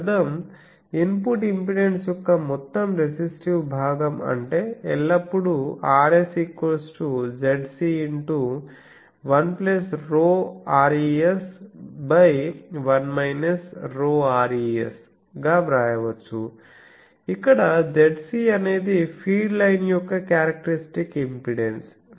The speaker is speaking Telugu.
దీని అర్థం ఇన్పుట్ ఇంపెడెన్స్ యొక్క మొత్తం రెసిస్టివ్ భాగం అంటే ఎల్లప్పుడూ Rs Zc 1 |ρres |1 |ρres | గా వ్రాయవచ్చు ఇక్కడ Zc అనేది ఫీడ్ లైన్ యొక్క క్యారక్టరిస్టిక్ ఇంపెడెన్స్